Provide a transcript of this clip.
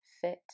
fit